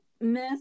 miss